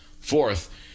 fourth